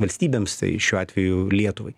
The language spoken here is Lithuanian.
valstybėms tai šiuo atveju lietuvai